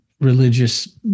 Religious